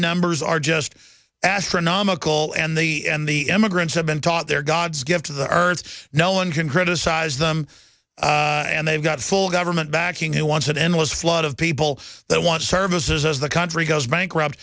numbers are just astronomical and the and the emigrants have been taught they're god's gift to the earth no one can criticize them and they've got full government backing who wants an endless flood of people that want services as the country goes bankrupt